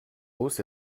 hausse